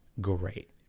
great